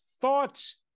thoughts